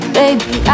baby